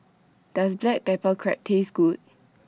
Does Black Pepper Crab Taste Good